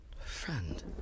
friend